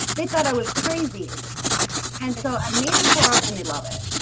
they thought i was crazy and so i made a forum and they loved it.